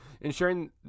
ensuring